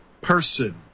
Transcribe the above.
person